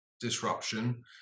disruption